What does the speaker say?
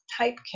typecast